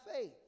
faith